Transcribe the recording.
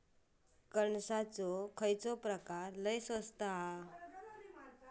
कणसाचो खयलो प्रकार लय स्वस्त हा?